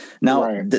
Now